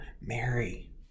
Mary